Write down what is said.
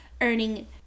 earning